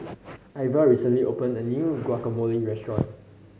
Iva recently opened a new Guacamole Restaurant